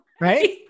right